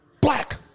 black